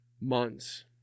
months